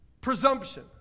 Presumption